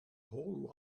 whole